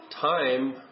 time